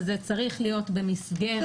וזה צריך להיות במסגרת.